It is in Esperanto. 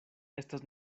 estas